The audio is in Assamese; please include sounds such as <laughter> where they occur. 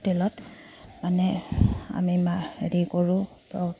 হোটেলত মানে আমি মা হেৰি কৰোঁ <unintelligible>